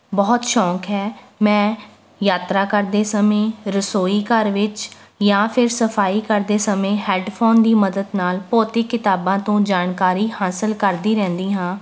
ਬਹੁਤ ਸ਼ੌਕ ਹੈ ਮੈਂ ਯਾਤਰਾ ਕਰਦੇ ਸਮੇਂ ਰਸੋਈ ਘਰ ਵਿੱਚ ਜਾਂ ਫਿਰ ਸਫਾਈ ਕਰਦੇ ਸਮੇਂ ਹੈੱਡਫੋਨ ਦੀ ਮਦਦ ਨਾਲ ਭੌਤਿਕ ਕਿਤਾਬਾਂ ਤੋਂ ਜਾਣਕਾਰੀ ਹਾਸਲ ਕਰਦੀ ਰਹਿੰਦੀ ਹਾਂ